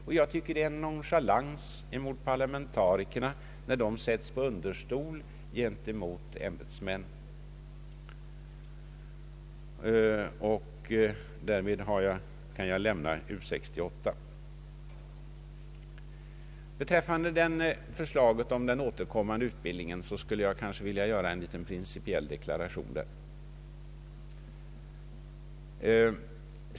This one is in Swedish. Jag tycker dessutom det är en nonchalans emot parlamentarikerna när dessa så att säga sätts på understol gentemot ämbetsmännen. Därmed kan jag lämna problemet U 68. Beträffande förslaget om den s.k. återkommande utbildningen skulle jag vilja göra en principiell deklaration.